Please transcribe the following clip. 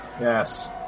Yes